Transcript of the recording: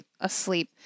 asleep